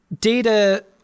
Data